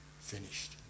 finished